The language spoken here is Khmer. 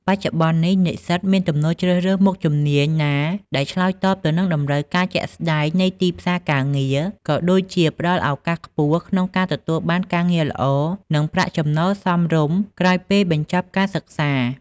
បច្ចុប្បន្ននេះ និស្សិតមានទំនោរជ្រើសរើសមុខជំនាញណាដែលឆ្លើយតបទៅនឹងតម្រូវការជាក់ស្តែងនៃទីផ្សារការងារ ក៏ដូចជាផ្ដល់ឱកាសខ្ពស់ក្នុងការទទួលបានការងារល្អ និងប្រាក់ចំណូលសមរម្យក្រោយពេលបញ្ចប់ការសិក្សា។